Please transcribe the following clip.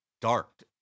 dark